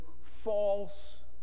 false